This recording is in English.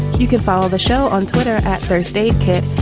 you can follow the show on twitter at first aid kit.